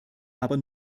aber